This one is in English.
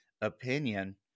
opinion